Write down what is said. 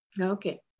Okay